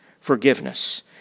forgiveness